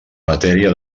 matèria